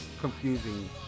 confusing